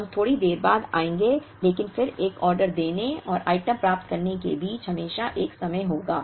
हम थोड़ी देर बाद आएंगे लेकिन फिर एक ऑर्डर देने और आइटम प्राप्त करने के बीच हमेशा एक समय होगा